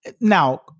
now